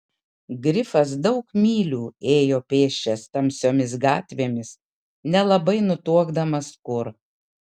grifas daug mylių ėjo pėsčias tamsiomis gatvėmis nelabai nutuokdamas kur